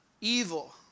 evil